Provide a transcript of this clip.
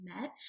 met